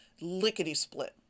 lickety-split